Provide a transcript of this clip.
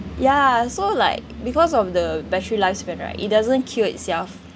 ya so like because of the battery lifespan right it doesn't kill itself